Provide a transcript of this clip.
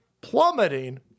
plummeting